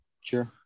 Sure